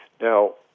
Now